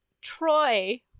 Troy